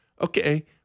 Okay